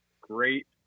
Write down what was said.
great